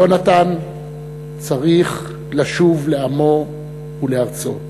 יהונתן צריך לשוב לעמו ולארצו,